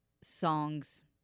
songs